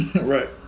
Right